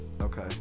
Okay